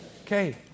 okay